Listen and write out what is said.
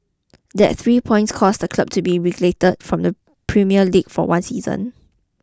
that three points caused the club to be relegated from the Premier League for one season